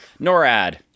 norad